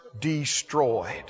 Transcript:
destroyed